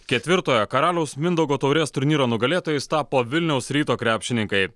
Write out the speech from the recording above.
ketvirtojo karaliaus mindaugo taurės turnyro nugalėtojais tapo vilniaus ryto krepšininkai